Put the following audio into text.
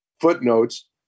footnotes